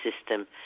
system